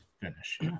finish